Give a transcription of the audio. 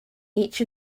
each